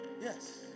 Yes